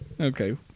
okay